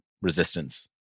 resistance